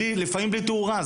לפעמים בלי תאורה.